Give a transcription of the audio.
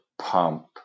pump